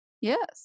Yes